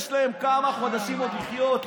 יש להם כמה חודשים עוד לחיות,